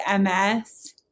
MS